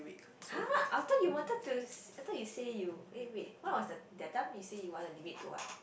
!huh! I thought you wanted to s~ I thought you say you eh wait what was the that time you say you want to limit to what